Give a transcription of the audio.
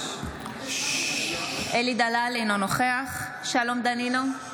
אינו נוכח שלום דנינו,